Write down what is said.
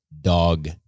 dog